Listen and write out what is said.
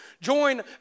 join